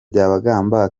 byabagamba